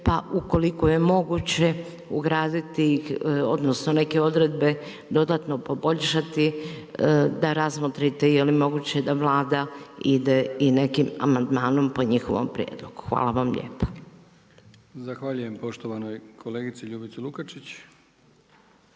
pa ukoliko je moguće, ugraditi ih, odnosno, neke odredbe dodatno poboljšati da razmotrite je li moguće da Vlada ide i nekim amandmanom po njihovom prijedlogu. Hvala vam lijepa. **Brkić, Milijan (HDZ)** Zahvaljujem poštovanoj kolegici Ljubici Lukačić.